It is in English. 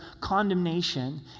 condemnation